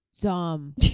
Dumb